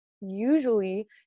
usually